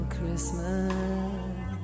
Christmas